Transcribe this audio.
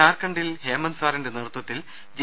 ജാർഖണ്ഡിൽ ഹേമന്ത് സോരന്റെ നേതൃ ത്വത്തിൽ ജെ